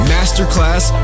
Masterclass